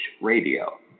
radio